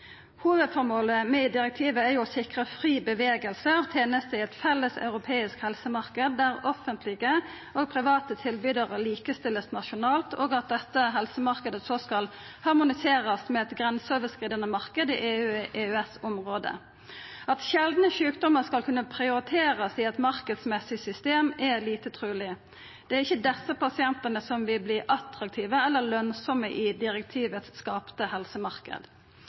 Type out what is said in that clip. Hovudformålet med direktivet er å sikra fri bevegelse av tenester i ein felles europeisk helsemarknad, der offentlege og private tilbydarar vert likestilte nasjonalt. Denne helsemarknaden skal så harmoniserast med ein grenseoverskridande marknad i EU/EØS-området. At sjeldne sjukdomar skal kunna prioriterast i eit marknadsmessig system, er lite truleg. Det er ikkje desse pasientane som vil verta attraktive eller lønsame i